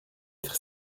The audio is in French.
être